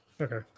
Okay